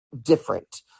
different